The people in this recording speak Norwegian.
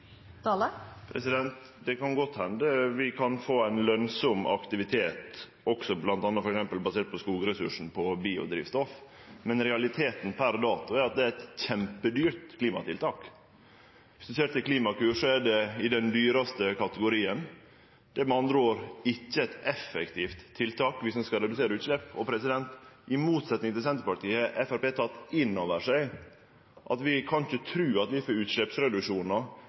Det kan godt hende vi kan få ein lønsam aktivitet også bl.a. basert på skogressursen, på biodrivstoff, men realiteten per dato er at det er eit kjempedyrt klimatiltak. Dersom ein ser til Klimakur, er det i den dyraste kategorien. Det er med andre ord ikkje eit effektivt tiltak dersom ein skal redusere utslepp. I motsetning til Senterpartiet tek Framstegspartiet inn over seg at vi ikkje kan tru at vi får